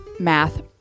math